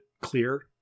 clear